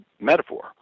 metaphor